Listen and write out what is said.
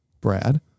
Brad